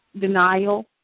denial